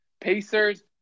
Pacers